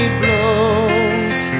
blows